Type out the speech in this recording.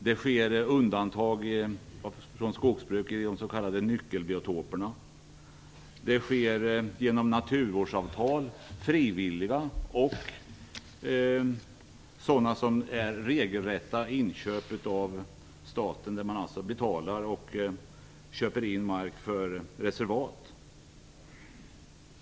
Det sker undantag från skogsbruket i fråga om de s.k. nyckelbiotoperna och genom frivilliga naturvårdsavtal men också genom regelrätta inköp av staten. Betalning erläggs alltså, och mark köps in för reservat.